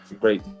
great